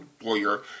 lawyer